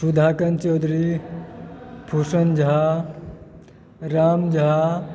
Sudhakant Chaudhary Bhushan Jha Ram Jha